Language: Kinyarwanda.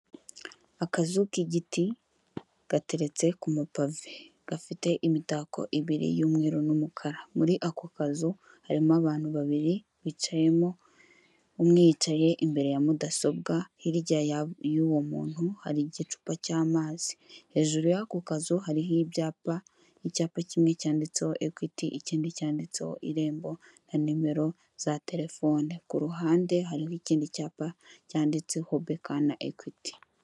Akazu k'igiti gateretse ku mapavi gafite imitako ibiri y'umweru n'umukara, muri ako kazu harimo abantu babiri bicayemo umwe yicaye imbere ya mudasobwa hirya y'uwo muntu hari igicupa cy'amazi, hejuru y'ako kazu hariho ibyapa icyapa kimwe cyanditseho ekwiti, ikindi cyanditseho irembo na nimero za telefone ku ruhande hariho ikindi cyapa cyanditseho beka na ekwiti.